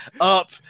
up